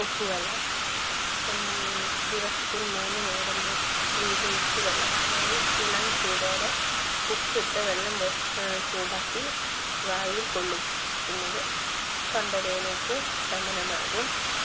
ഉപ്പുവെള്ളം ദിവസത്തിൽ മൂന്നു നേരം വീതം ഉപ്പുവെള്ളം അതായത് ഇളം ചൂടോടെ ഉപ്പിട്ട വെള്ളം വെള്ളം ചൂടാക്കി വായിൽ കൊള്ളിക്കുന്നത് തൊണ്ടവേദനയ്ക്കു ശമനം ആകും